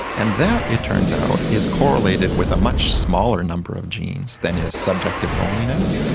and that, it turns out, is correlated with a much smaller number of genes than is subjective loneliness,